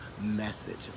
message